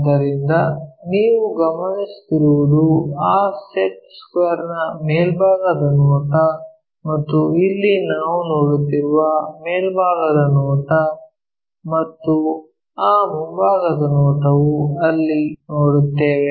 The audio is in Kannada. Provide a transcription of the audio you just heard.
ಆದ್ದರಿಂದ ನೀವು ಗಮನಿಸುತ್ತಿರುವುದು ಆ ಸೆಟ್ ಸ್ಕ್ವೇರ್ ನ ಮೇಲ್ಭಾಗದ ನೋಟ ಮತ್ತು ಇಲ್ಲಿ ನಾವು ನೋಡುತ್ತಿರುವ ಮೇಲ್ಭಾಗದ ನೋಟ ಮತ್ತು ಆ ಮುಂಭಾಗದ ನೋಟವು ಅಲ್ಲಿ ನೋಡುತ್ತೇವೆ